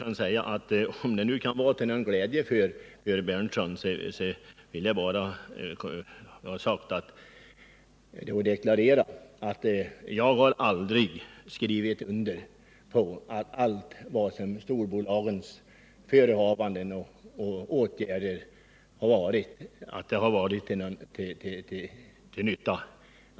Om det kan vara till någon glädje för herr Berndtson vill jag deklarera att jag aldrig har skrivit under på att alla storbolagens förehavanden och åtgärder varit till nytta.